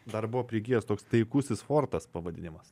dar buvo prigijęs toks taikusis fortas pavadinimas